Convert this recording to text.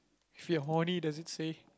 if you're horny does it say